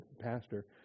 pastor